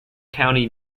county